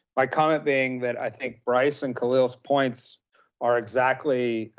by commenting that i think bryce and khaleel's points are exactly